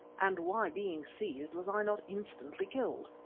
and why, being seized, was i not instantly killed?